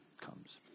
comes